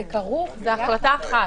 זה כרוך בהחלטה אחת.